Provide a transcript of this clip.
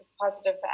Positive